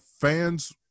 fans